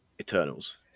Eternals